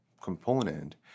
component